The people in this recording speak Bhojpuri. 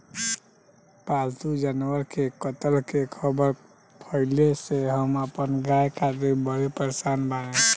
पाल्तु जानवर के कत्ल के ख़बर फैले से हम अपना गाय खातिर बड़ी परेशान बानी